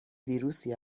ویروسی